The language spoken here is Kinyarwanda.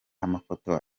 amafoto